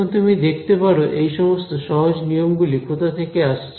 এখন তুমি দেখতে পারো এই সমস্ত সহজ নিয়ম গুলি কোথা থেকে আসছে